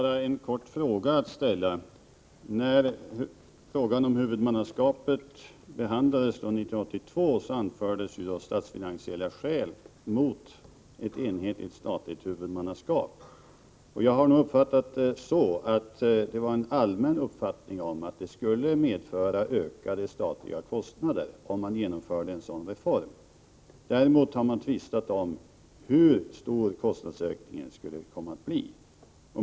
Herr talman! Jag har bara en kort fråga att ställa. När frågan om huvudmannaskapet behandlades 1982 anfördes statsfinansiella skäl mot ett enhetligt statligt huvudmannaskap. Jag har uppfattat det så, att det var en allmän uppfattning att det skulle medföra ökade statliga kostnader, om man genomförde en sådan reform. Däremot har man tvistat om hur stor kostnadsökningen skulle komma att bli.